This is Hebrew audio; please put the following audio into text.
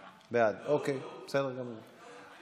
הרווחה והבריאות נתקבלה.